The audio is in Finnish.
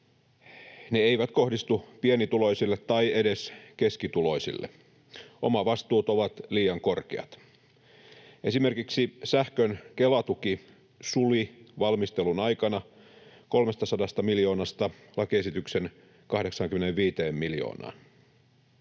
Ne eivät kohdistu pienituloisille tai edes keskituloisille. Omavastuut ovat liian korkeat. Esimerkiksi sähkön Kela-tuki suli valmistelun aikana 300 miljoonasta lakiesityksen 85 miljoonaan.